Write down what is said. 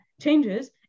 changes